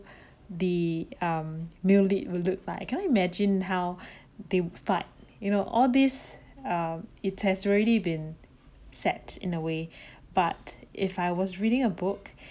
the male um lead will look like I cannot imagine how they fight you know all this uh it has already been set in a way but if I was reading a book